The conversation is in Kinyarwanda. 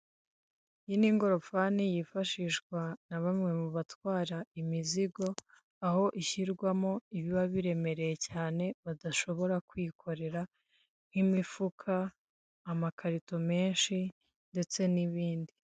Iyi ni ingorofani yifashishwa na bamwe mu batwara imizigo, aho ishyirwamo ibiba biremereye cyane badashobora kwikorera; nk'imifuka, amakarito menshi, ndetse n'ibindi.